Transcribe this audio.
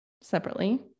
separately